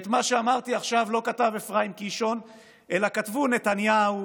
ואת מה שאמרתי עכשיו לא כתב אפרים קישון אלא כתבו נתניהו